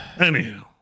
Anyhow